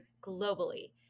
globally